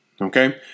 Okay